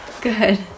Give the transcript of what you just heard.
Good